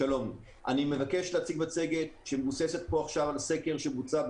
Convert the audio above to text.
אני מבקש להציג מצגת שמבוססת עכשיו על סקר שבוצע,